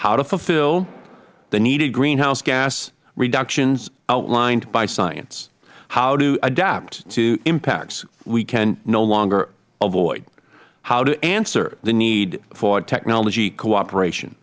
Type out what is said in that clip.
how to fulfill the needed greenhouse gas reductions outlined by science how to adapt to impacts we can no longer avoid how to answer the need for technology cooperation